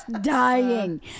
dying